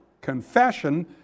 confession